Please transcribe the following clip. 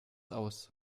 aus